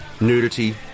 nudity